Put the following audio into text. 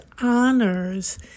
honors